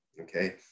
okay